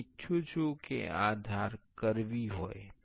હું ઇચ્છું છું કે આ ધાર કર્વી હોય